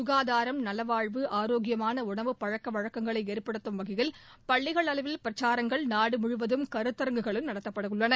சுகாதாரம் நலவாழ்வு ஆரோக்கியமான உணவு பழக்கவழக்கங்களை ஏற்படுத்தும் வகையில் பள்ளிகள் அளவில் பிரச்சாரங்கள் நாடு முழுவதும் கருத்தரங்குகளும் நடத்தப்பட உள்ளன